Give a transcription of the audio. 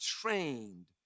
trained